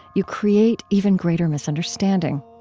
you create even greater misunderstanding.